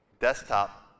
Desktop